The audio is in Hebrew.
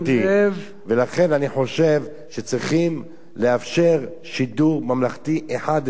ולכן אני חושב שצריכים לאפשר שידור ממלכתי אחד לפחות,